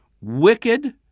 wicked